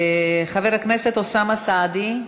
חבר הכנסת אוסאמה סעדי,